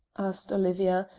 asked olivia,